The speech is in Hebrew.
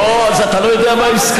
אתה מסכים, לא, אז אתה לא יודע מה העסקה.